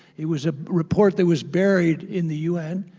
it was a report that was buried in the un,